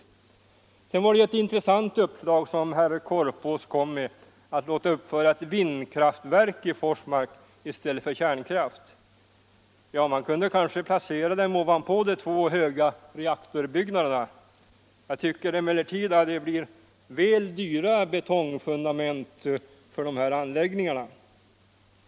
Sedan kom herr Korpås med ett intressant uppslag, nämligen att låta uppföra ett vindkraftverk i Forsmark i stället för ett kärnkraftverk. Ja, man kunde kanske placera det ovanpå de två reaktorbyggnaderna. Jag tycker emellertid att det blir väl dyra betongfundament för dessa anläggningar.